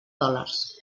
dòlars